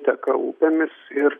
teka upėmis ir